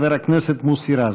חבר הכנסת מוסי רז.